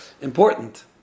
important